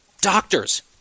doctors